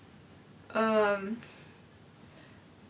um